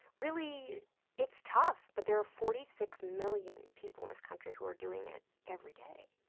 really it's tough, but there are forty six million people in this country who are doing it every day.